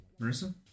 Marissa